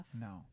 No